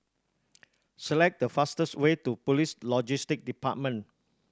select the fastest way to Police Logistics Department